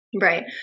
Right